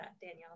Danielle